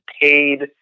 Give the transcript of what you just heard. paid